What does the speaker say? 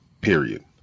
period